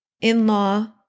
in-law